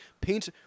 paint